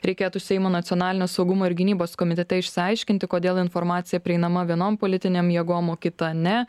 reikėtų seimo nacionalinio saugumo ir gynybos komitete išsiaiškinti kodėl informacija prieinama vienom politinėm jėgom o kita ne